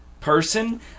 person